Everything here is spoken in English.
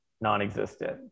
non-existent